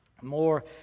more